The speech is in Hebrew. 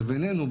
לביננו,